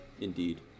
Indeed